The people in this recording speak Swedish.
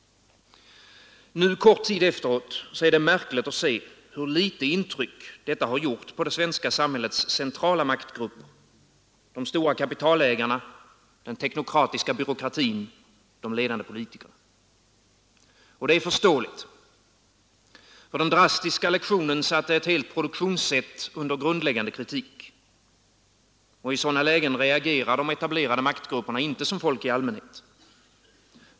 Nu, kort tid efteråt, är det märkligt att se hur litet intryck detta gjort på det svenska samhällets centrala maktgrupper, de stora kapitalägarna, den teknokratiska byråkratin, de ledande politikerna. Och det är förståeligt. Den drastiska lektionen satte ett helt produktionssätt under grundläggande kritik. Och i sådana lägen reagerar de etablerade maktgrupperna inte som folk i allmänhet.